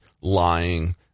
lying